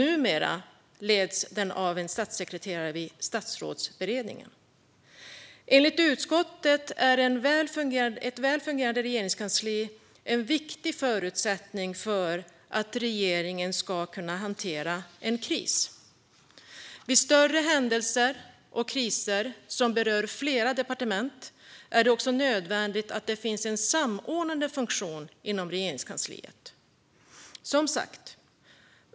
Numera leds den av en statssekreterare vid Statsrådsberedningen. Enligt utskottet är ett väl fungerande regeringskansli en viktig förutsättning för att regeringen ska kunna hantera en kris. Vid större händelser och kriser som berör flera departement är det också nödvändigt att det finns en samordnande funktion inom Regeringskansliet.